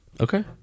okay